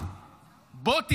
בוא תנאם,